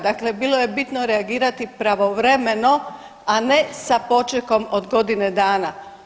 Dakle, bilo je bitno reagirati pravovremeno, a ne sa počekom od godine dana.